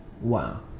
Wow